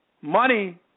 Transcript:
money